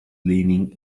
leaning